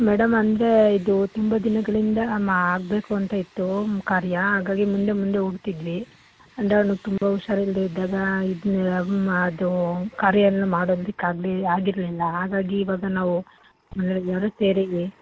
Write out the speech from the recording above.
madam ಅಂದರೆ ಇದು ತುಂಬ ದಿನಗಳಿಂದ ಮಾ ಆಗಬೇಕು ಅಂತ ಇತ್ತು ಕಾರ್ಯ ಹಾಗಾಗಿ ಮುಂದೆ ಮುಂದೆ ಹೋಗ್ತಿದ್ವಿ ಅಂದರೆ ಅವ್ನ್ಗೆ ತುಂಬ ಹುಷಾರ್ ಇಲ್ಲದೇ ಇದ್ದಾಗ ಇದನ್ನೆ ಮಾ ಅದೂ ಕಾರ್ಯನ್ನ ಮಾಡೋದಿಕ್ಕೆ ಆಗಲಿ ಆಗಿರಲಿಲ್ಲ ಹಾಗಾಗಿ ಇವಾಗ ನಾವು ಸೇರಿವಿ